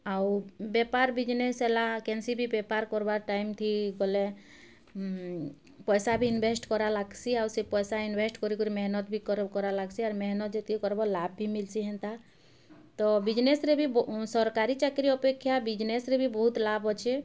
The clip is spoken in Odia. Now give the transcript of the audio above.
ଆଉ ବେପାର୍ ବିଜ୍ନେସ୍ ହେଲା କେନ୍ସି ବି ବେପାର୍ କର୍ବାର୍ ଟାଇମ୍ଥି ଗଲେ ପଇସା ବି ଇନ୍ଭେଷ୍ଟ୍ କରାଲାଗ୍ସି ଆଉ ସେ ପଇସା ଇନ୍ଭେଷ୍ଟ୍ କରିକରି ମେହନତ୍ ବି କରାଲାଗ୍ସି ଆର୍ ମେହନତ୍ ଯେତିକି କର୍ବ ଲାଭ୍ ବି ମିଲ୍ସି ହେନ୍ତା ତ ବିଜ୍ନେସ୍ରେ ବି ସର୍କାରୀ ଚାକିରି ଅପେକ୍ଷା ବିଜନେସ୍ରେ ବି ବହୁତ୍ ଲାଭ୍ ଅଛେ